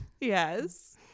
Yes